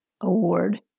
Award